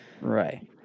Right